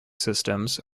systems